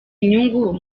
inyungu